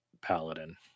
paladin